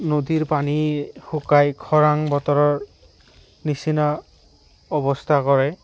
নদীৰ পানী শুকাই খৰাং বতৰৰ নিচিনা অৱস্থা কৰে